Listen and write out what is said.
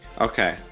Okay